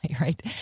right